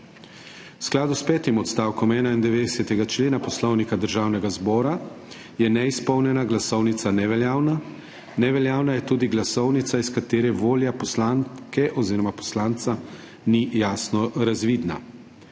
V skladu s petim odstavkom 91. člena Poslovnika Državnega zbora je neizpolnjena glasovnica neveljavna, neveljavna je tudi glasovnica, iz katere volja poslanke oziroma poslanca ni jasno razvidna.